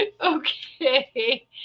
Okay